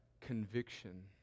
conviction